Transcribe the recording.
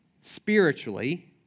Spiritually